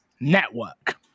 Network